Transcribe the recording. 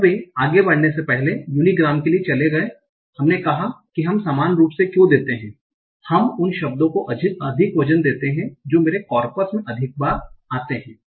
तब वे आगे बढ़ने से पहले unigram के लिए चले गए हमने कहा कि हम समान रूप से क्यों देते हैं हम उन शब्दों को अधिक वजन देते हैं जो मेरे कॉर्पस में अधिक बार होते हैं